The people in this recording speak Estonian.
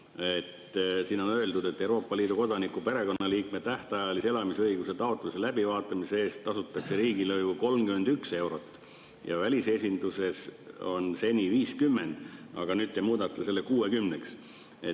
271 on öeldud: "Euroopa Liidu kodaniku perekonnaliikme tähtajalise elamisõiguse taotluse läbivaatamise eest tasutakse riigilõivu 31 eurot ja välisesinduses 50 eurot." Aga nüüd te muudate selle 60